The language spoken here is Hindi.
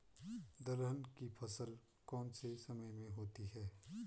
दलहन की फसल कौन से समय में होती है?